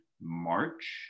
March